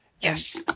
Yes